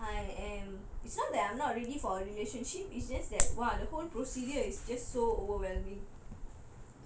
I am it's not that I'm not ready for a relationship is just that !wah! the whole procedure is just so overwhelming